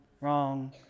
wrong